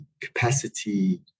capacity